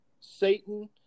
Satan